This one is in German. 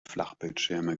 flachbildschirme